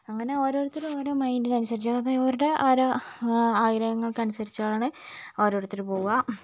അങ്ങനെ ഓരോരുത്തർ ഓരോ മൈൻഡിന് അനുസരിച്ച് അതായത് അവരുടെ ഓരോ ആഗ്രഹങ്ങൾക്ക് അനുസരിച്ചാണ് ഓരോരുത്തര് പോവുക